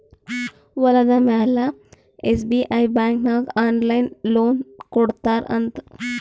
ಹೊಲುದ ಮ್ಯಾಲ SBI bank ನಾಗ್ ಆನ್ಲೈನ್ ಲೋನ್ ಕೊಡ್ತಾರ್ ಅಂತ್